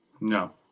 No